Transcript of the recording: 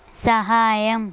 సహాయం